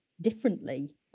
differently